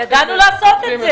ידענו לעשות את זה.